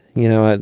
you know, ah